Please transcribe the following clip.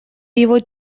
его